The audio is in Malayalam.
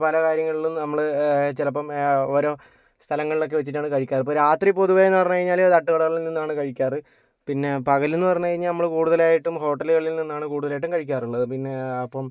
പല കാര്യങ്ങളിലും നമ്മള് ചിലപ്പോൾ ഓരോ സ്ഥലങ്ങളിലൊക്കെ വച്ചിട്ടാണ് കഴിക്കാറ് ഇപ്പോൾ രാത്രി പൊതുവേയെന്ന് പറഞ്ഞ് കഴിഞ്ഞാൽ തട്ട് കടകളിൽ നിന്നാണ് കഴിക്കാറ് പിന്നെ പകലെന്ന് പറഞ്ഞ് കഴിഞ്ഞാൽ നമ്മള് കൂടുതലായിട്ടും ഹോട്ടലുകളിൽ നിന്നാണ് കൂടുതലായിട്ടും കഴിക്കാറുള്ളത് പിന്നെ അപ്പം